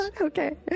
Okay